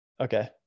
okay